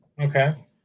Okay